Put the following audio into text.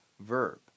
verb